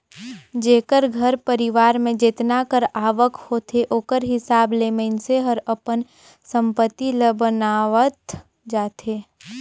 जेकर घर परिवार में जेतना कर आवक होथे ओकर हिसाब ले मइनसे हर अपन संपत्ति ल बनावत जाथे